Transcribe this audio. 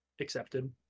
accepted